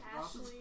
Ashley